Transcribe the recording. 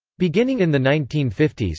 beginning in the nineteen fifty s,